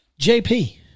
jp